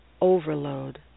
overload